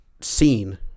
seen